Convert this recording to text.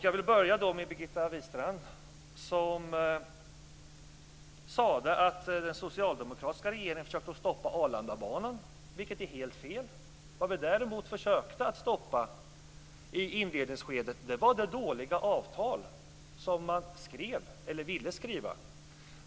Jag börjar med Birgitta Wistrand, som sade att den socialdemokratiska regeringen försökte stoppa Arlandabanan. Det är helt fel! Däremot försökte vi att i inledningsskedet stoppa det dåliga avtal som man ville skriva.